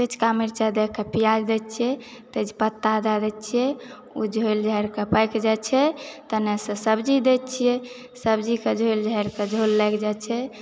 कचका मिरचाइ दयकऽ प्याज दैत छियै तेजपत्ता दैत छियै झोलि झाइलकऽ पाकि जाइ छै ताहिमे सब्जी दैत छियै सब्जीकऽ झोलि झैलकऽ झोल लागि जाइ छै